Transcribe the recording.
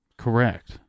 Correct